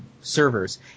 servers